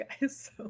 guys